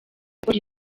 gukora